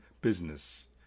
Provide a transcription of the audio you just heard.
business